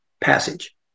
passage